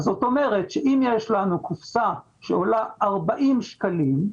זה אומר אם יש לנו קופסה שעולה 40 שקלים,